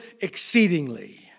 exceedingly